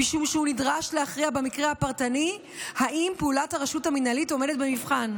משהוא נדרש להכריע במקרה הפרטני האם פעולת הרשות המינהלית עומדת במבחן".